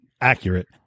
accurate